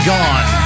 Gone